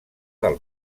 del